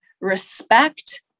respect